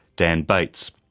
dan bates.